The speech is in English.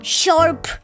sharp